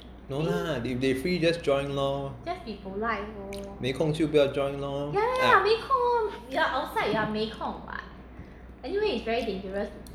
no lah if they free just join lor 没空就不要 join lor